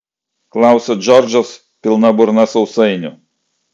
klausia džordžas pilna burna sausainių